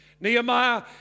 Nehemiah